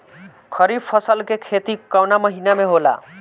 खरीफ फसल के खेती कवना महीना में होला?